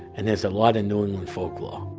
and there's a lot of new england folklore